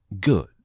good